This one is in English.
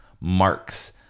marks